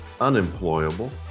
unemployable